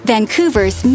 Vancouver's